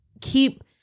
keep